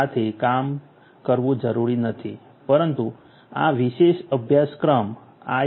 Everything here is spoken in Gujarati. સાથે કામ કરવું જરૂરી નથી પરંતુ આ વિશેષ અભ્યાસક્રમ આઇ